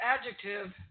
Adjective